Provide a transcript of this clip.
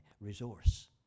resource